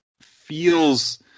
feels